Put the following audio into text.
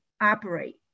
operate